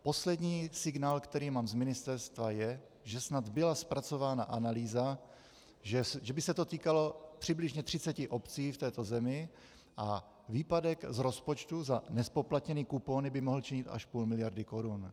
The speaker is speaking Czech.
Poslední signál, který mám z ministerstva, je, že snad byla zpracována analýza, že by se to týkalo přibližně 30 obcí v této zemi a výpadek z rozpočtu za nezpoplatněné kupóny by mohl činit až půl miliardy korun.